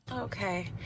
Okay